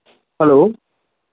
hello